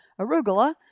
arugula